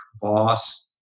boss